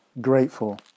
grateful